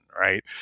right